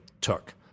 took